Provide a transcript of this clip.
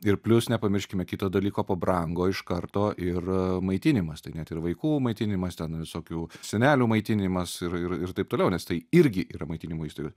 ir plius nepamirškime kito dalyko pabrango iš karto ir maitinimas tai net ir vaikų maitinimas ten visokių senelių maitinimas ir ir taip toliau nes tai irgi yra maitinimo įstaigos